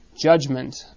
judgment